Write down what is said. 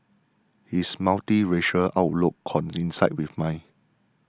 his multiracial outlook coincided with mine